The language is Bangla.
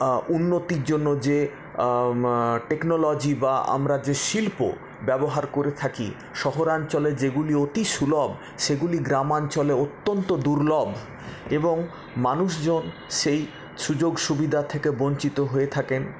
উন্নতির জন্য যে টেকনোলজি বা আমরা যে শিল্প ব্যবহার করে থাকি শহরাঞ্চলে যেগুলি অতি সুলভ সেগুলি গ্রামাঞ্চলে অত্যন্ত দুর্লভ এবং মানুষজন সেই সুযোগ সুবিধা থেকে বঞ্চিত হয়ে থাকেন